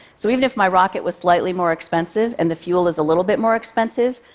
so even if my rocket was slightly more expensive and the fuel is a little bit more expensive,